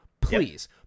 Please